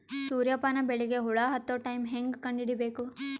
ಸೂರ್ಯ ಪಾನ ಬೆಳಿಗ ಹುಳ ಹತ್ತೊ ಟೈಮ ಹೇಂಗ ಕಂಡ ಹಿಡಿಯಬೇಕು?